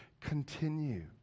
continue